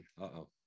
Uh-oh